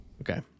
Okay